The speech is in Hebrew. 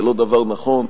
זה לא דבר נכון,